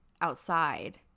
outside